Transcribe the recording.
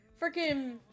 freaking